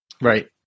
Right